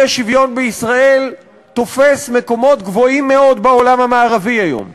האי-שוויון בישראל תופס מקומות גבוהים מאוד בעולם המערבי היום.